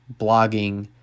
blogging